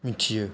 मिथियो